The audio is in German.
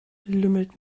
lümmelt